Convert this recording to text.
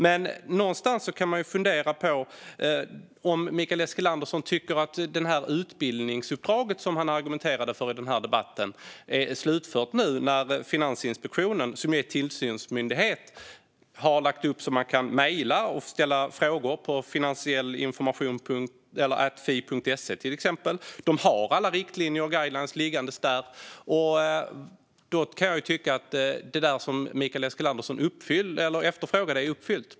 Men någonstans kan man fundera på om Mikael Eskilandersson tycker att det utbildningsuppdrag som han argumenterar för i debatten är slutfört nu när Finansinspektionen, som är tillsynsmyndighet, har lagt upp det så att man kan mejla och ställa frågor till exempelvis finansiellinformation-fi.se. De har alla riktlinjer och guidelines liggandes där, och jag kan tycka att det som Mikael Eskilandersson efterfrågar är uppfyllt.